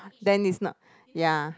then is not ya